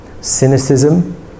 cynicism